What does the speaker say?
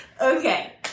Okay